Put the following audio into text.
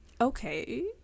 Okay